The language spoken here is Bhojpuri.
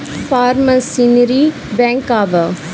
फार्म मशीनरी बैंक का बा?